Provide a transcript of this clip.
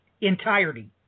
entirety